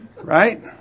Right